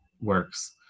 works